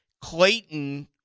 Clayton